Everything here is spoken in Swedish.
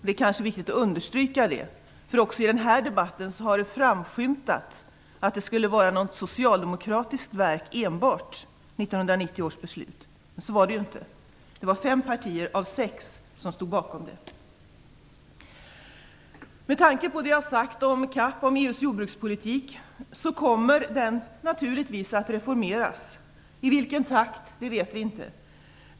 Det är viktigt att understryka det, för också i denna debatt har det framskymtat att 1990 års beslut enbart skulle vara ett socialdemokratiskt verk. Så var det inte. Fem partier av sex stod bakom det. Med tanke på det jag har sagt om CAP - om EU:s jordbrukspolitik - kommer den naturligtvis att reformeras. I vilken takt vet vi inte.